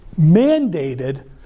mandated